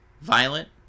violent